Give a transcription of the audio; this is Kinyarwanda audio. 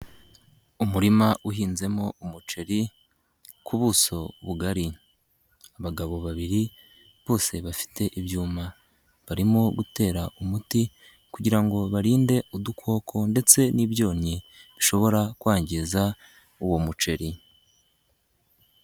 Umurima uhinzemo umuceri ku buso bugari. Abagabo babiri bose bafite ibyuma barimo gutera umuti kugira ngo barinde udukoko ndetse n'ibyonnyi bishobora kwangiza uwo muceri.